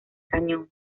cañón